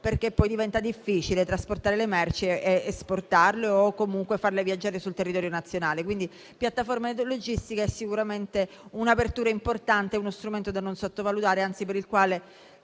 Poi diventa difficile trasportare le merci, esportarle o comunque farle viaggiare sul territorio nazionale. La piattaforma logistica è sicuramente un'apertura importante e uno strumento da non sottovalutare. Per questo